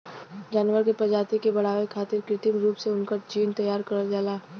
जानवर के प्रजाति के बढ़ावे खारित कृत्रिम रूप से उनकर जीन तैयार करल जाला